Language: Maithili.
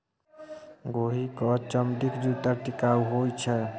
गोहि क चमड़ीक जूत्ता टिकाउ होए छै